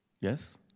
yes